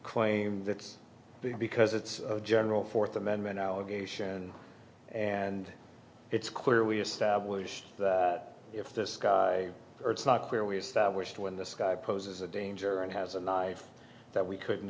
claiming that because it's a general fourth amendment allegation and it's clear we establish if this guy or it's not clear we established when this guy poses a danger and has a knife that we couldn't